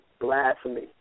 blasphemy